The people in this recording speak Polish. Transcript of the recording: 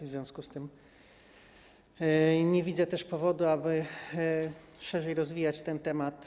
W związku z tym nie widzę też powodu, aby szerzej rozwijać ten temat.